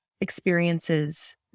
experiences